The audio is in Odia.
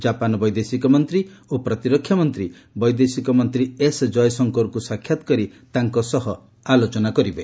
ଜାପାନ୍ ବୈଦେଶିକ ମନ୍ତ୍ରୀ ଓ ପ୍ରତିରକ୍ଷା ମନ୍ତ୍ରୀ ବୈଦେଶିକ ମନ୍ତ୍ରୀ ଏସ୍ ଜୟଶଙ୍କରଙ୍କୁ ସାକ୍ଷାତକରି ତାଙ୍କ ସହ ଆଲୋଚନା କରିବେ